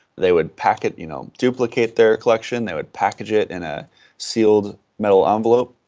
they would pack it, you know duplicate their collection, they would package it in a sealed metal envelope,